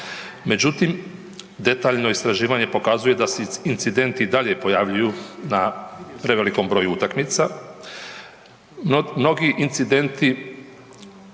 Međutim, detaljno istraživanje pokazuje da se incidenti i dalje pojavljuju na prevelikom broju utakmica.